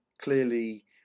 clearly